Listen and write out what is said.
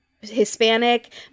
Hispanic